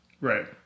Right